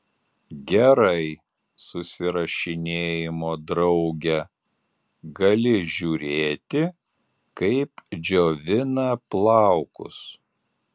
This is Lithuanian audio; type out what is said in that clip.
gerai susirašinėjimo drauge gali žiūrėti kaip džiovina plaukus